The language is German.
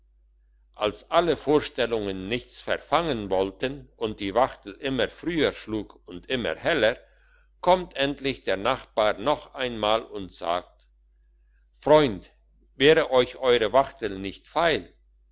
als alle vorstellungen nichts verfangen wollten und die wachtel immer früher schlug und immer heller kommt endlich der nachbar noch einmal und sagt freund wär euch eure wachtel nicht feil